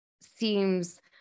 seems